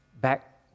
back